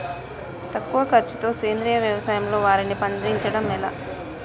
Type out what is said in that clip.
తక్కువ ఖర్చుతో సేంద్రీయ వ్యవసాయంలో వారిని పండించడం ఎలా?